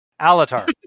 Alatar